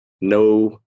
no